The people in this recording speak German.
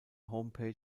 homepage